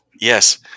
Yes